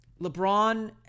LeBron